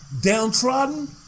downtrodden